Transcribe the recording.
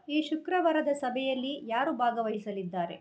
ಈ ಶುಕ್ರವಾರದ ಸಭೆಯಲ್ಲಿ ಯಾರು ಭಾಗವಹಿಸಲಿದ್ದಾರೆ